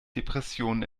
depressionen